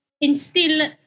instill